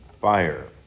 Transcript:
fire